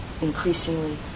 increasingly